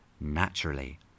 naturally